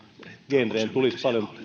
vientiin tulisi